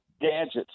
Gadgets